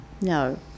No